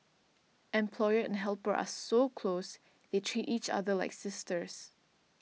employer and helper are so close they treat each other like sisters